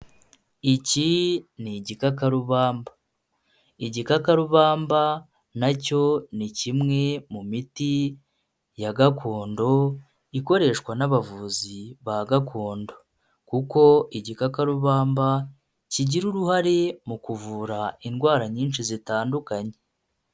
Iki ni igikakarubamba. Igikakarubamba na cyo ni kimwe mu miti ya gakondo ikoreshwa n'abavuzi ba gakondo kuko igikakarubamba kigira uruhare mu kuvura indwara nyinshi zitandukanye.